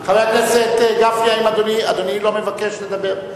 חבר הכנסת גפני, אדוני לא מבקש לדבר?